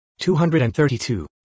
232